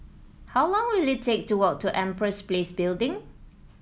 how long will it take to walk to Empress Place Building